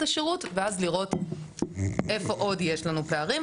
השירות ואז לראות איפה עוד יש לנו פערים,